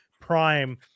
prime